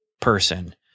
person